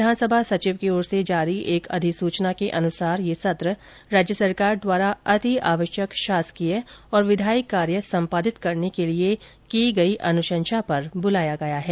विधानसभा सचिव की ओर से जारी एक अधिसुचना के मुताबिक यह सत्र राज्य सरकार द्वारा अतिआवश्यक शासकीय और विधायी कार्य संपादित करने के लिए की गई अनुशंषा पर बुलाया गया है